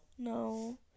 No